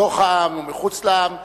בתוך העם ומחוץ לעם,